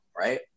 right